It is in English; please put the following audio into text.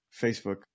Facebook